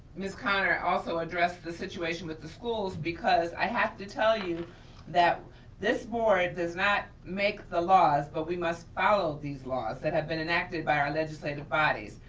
miss connor also address the situation with the schools because i have to tell you that this board does not make the laws but we must follow these laws that have been enacted by our legislative bodies.